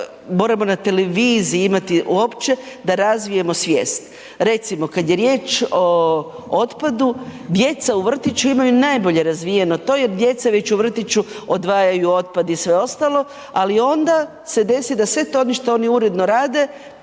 moramo na televiziji imati uopće da razvijemo svijest. Recimo, kad je riječ o otpadu, djeca u vrtiću imaju najbolje razvijeno to jer djeca već u vrtiću odvajaju otpad i sve ostalo, ali onda se desi da sve to što oni uredno rade,